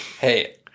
Hey